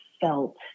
felt